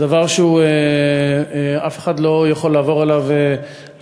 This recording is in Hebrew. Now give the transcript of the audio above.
זה דבר שאף אחד לא יכול לעבור עליו לסדר-היום.